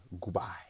Goodbye